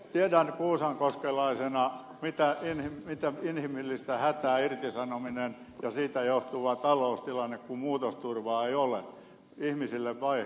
tiedän kuusankoskelaisena mitä inhimillistä hätää irtisanominen ja siitä johtuva taloustilanne aiheuttaa ihmisille perheille ja niin edelleen